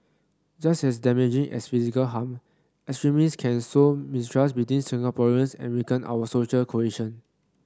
just as damaging as physical harm extremists can sow mistrust between Singaporeans and weaken our social cohesion